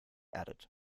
added